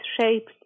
shaped